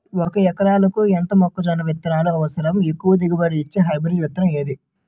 ఒక ఎకరాలకు ఎంత మొక్కజొన్న విత్తనాలు అవసరం? ఎక్కువ దిగుబడి ఇచ్చే హైబ్రిడ్ విత్తనం ఏది?